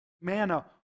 manna